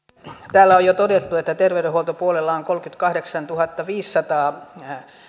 täällä on jo todettu että terveydenhuoltopuolella on kolmekymmentäkahdeksantuhattaviisisataa